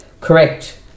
correct